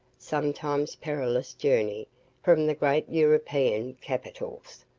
sometimes perilous journey from the great european capitals,